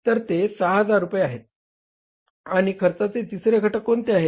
तर ते 6000 रुपये आहेत आणि खर्चाचे तिसरे घटक कोणते आहे